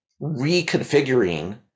reconfiguring